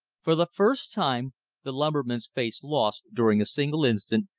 for the first time the lumberman's face lost, during a single instant,